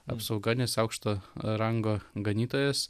apsauga nes aukšto rango ganytojas